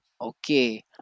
Okay